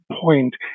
point